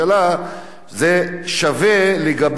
זה שווה לגבי כל הערבים,